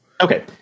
Okay